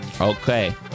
Okay